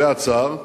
למרבה הצער,